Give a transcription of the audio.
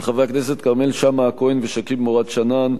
של חברי הכנסת כרמל שאמה-הכהן ושכיב שנאן,